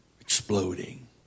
exploding